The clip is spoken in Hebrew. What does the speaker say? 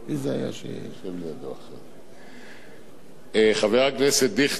לטעמי, חבר הכנסת דיכטר טעה כשעזב את קדימה,